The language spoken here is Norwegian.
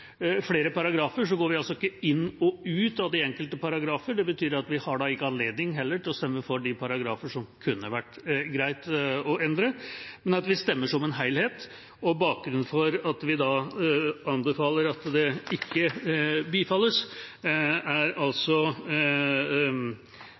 går vi ikke inn og ut av de enkelte paragrafer. Det betyr at vi heller ikke har anledning til å stemme for de paragrafene som det kunne ha vært greit å endre, men at vi stemmer som en helhet. Bakgrunnen for at vi anbefaler at det ikke bifalles, er